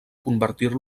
convertir